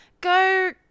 go